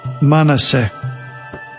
Manasseh